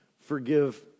Forgive